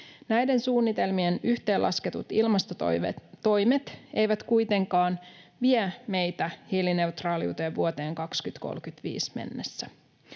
Näiden suunnitelmien yhteenlasketut ilmastotoimet eivät kuitenkaan vie meitä hiilineutraaliuteen vuoteen 2035 mennessä.